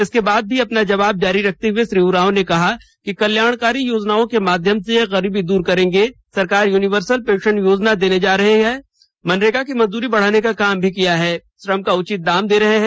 इसके बाद भी अपना जवाब जारी रखते हुए श्री उरांव ने कहा कि कल्याणकारी योजनाओं के माध्यम से गरीबी दूर करेंगे सरकार यूनिवर्सल पेंशन योजना देने जा रहे है मनरेगा की मजदूरी बढ़ाने का काम किया है श्रम का उचित दाम दे रहे हैं